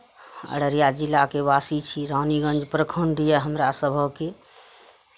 अररिया जिलाके वासी छी रानीगंज प्रखण्ड यए हमरा सभके